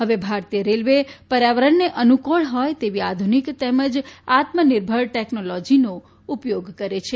હવે ભારતીય રેલવે પર્યાવરણને અનુકુળ હોય તેવી આધુનીક તેમજ આત્મનિર્ભર ટેકનોલોજીનો ઉપયોગ કરે છે